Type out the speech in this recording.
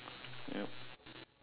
yup